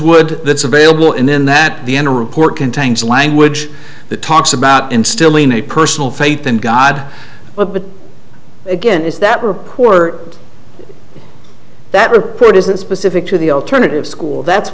would that's available and then that the interim report contains language the talks about instilling a personal faith in god but again is that report that report isn't specific to the alternative school that's